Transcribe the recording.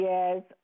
Yes